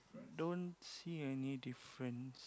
don't see any difference